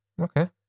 Okay